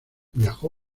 viajó